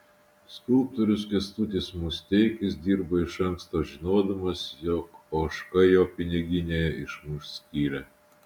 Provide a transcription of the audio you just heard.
skulptorius kęstutis musteikis dirba iš anksto žinodamas jog ožka jo piniginėje išmuš skylę